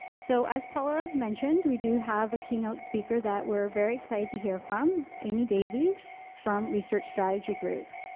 so as paula mentioned, we do have a keynote speaker that we're very excited to hear from, amy davies from research strategy group.